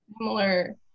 similar